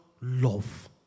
love